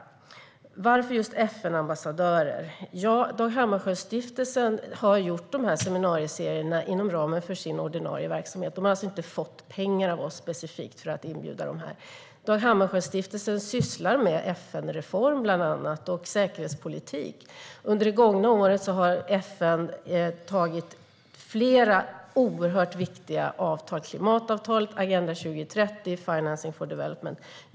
Varför just FN-ambassadörer? Dag Hammarskjöldstiftelsen har anordnat de här seminarieserierna inom ramen för sin ordinarie verksamhet. Man har alltså inte fått pengar av oss specifikt för att inbjuda FN-ambassadörerna. Dag Hammarskjöldstiftelsen sysslar med bland annat FN-reform och säkerhetspolitik. Under det gångna året har FN slutit flera oerhört viktiga avtal såsom klimatavtalet, Agenda 2030 och Financing for Development.